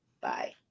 Bye